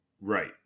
Right